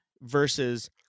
versus